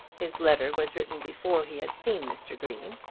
his letter was written before he had seen mr. green,